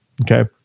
Okay